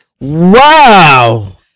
wow